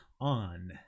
on